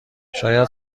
شاید